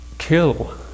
kill